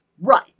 Right